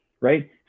right